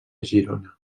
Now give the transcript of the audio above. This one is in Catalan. girona